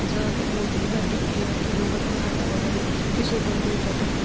असं ते मोजणीसाठी की किलो वजन काटा वगैरे ते सोबत घेऊन जातो